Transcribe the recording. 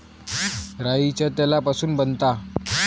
राईच्या तेलापासून बनता